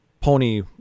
pony